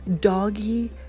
doggy